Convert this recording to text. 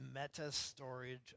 meta-storage